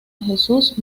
jesús